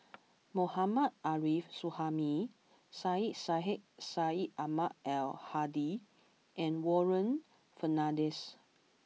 Mohammad Arif Suhaimi Syed Sheikh Syed Ahmad Al Hadi and Warren Fernandez